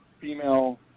female